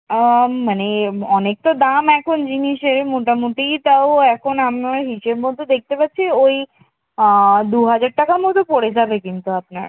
মানে অনেক তো দাম এখন জিনিসের মোটামুটি তাও এখন আমরা হিসেব মতো দেখতে পাচ্ছি ওই দু হাজার টাকার মতো পড়ে যাবে কিন্তু আপনার